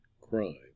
crime